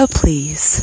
please